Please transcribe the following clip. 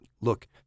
look